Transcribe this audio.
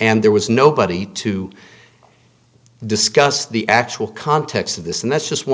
and there was nobody to discuss the actual context of this and that's just one